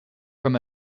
from